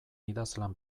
idazlan